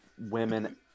women